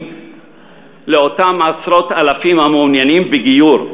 לאותם עשרות אלפים המעוניינים בגיור,